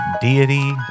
deity